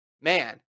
man